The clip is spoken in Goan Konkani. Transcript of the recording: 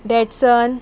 डेटसन